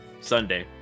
Sunday